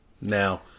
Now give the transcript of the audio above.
now